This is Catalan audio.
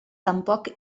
tampoc